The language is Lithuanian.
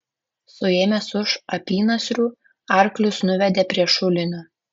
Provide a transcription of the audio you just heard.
suėmęs už apynasrių arklius nuvedė prie šulinio